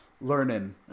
learning